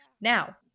Now